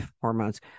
hormones